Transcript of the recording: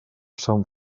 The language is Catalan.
sant